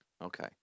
Okay